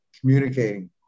communicating